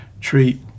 treat